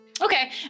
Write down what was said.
Okay